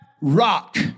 rock